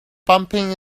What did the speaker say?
bumping